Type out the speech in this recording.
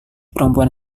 perempuan